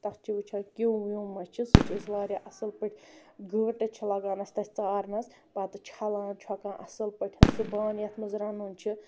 تَتھ چھِ وٕچھان کیٚوم وِیٚوم ما چھُس سُہ چھِ أسۍ اصل پٲٹھۍ گٲنٹہٕ چھُ لَگان اَسہِ تَتھ ژارنَس پَتہٕ چھَلان چھۄکان اصل پٲٹھۍ سُہ بانہٕ یَتھ منٛز رَنُن چھُ